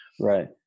Right